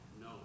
No